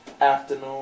afternoon